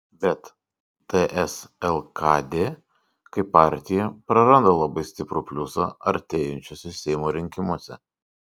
bet ts lkd kaip partija praranda labai stiprų pliusą artėjančiuose seimo rinkimuose